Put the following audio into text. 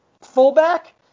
fullback